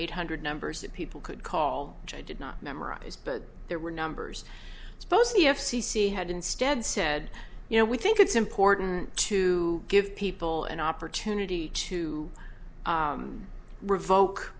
eight hundred numbers that people could call i did not memorize but there were numbers exposed the f c c had instead said you know we think it's important to give people an opportunity to revoke